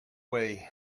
way